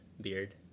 beard